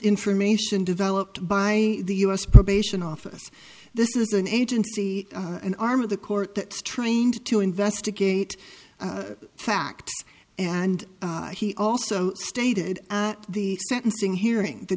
information developed by the u s probation office this is an agency an arm of the court that trained to investigate fact and he also stated at the sentencing hearing the